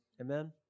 Amen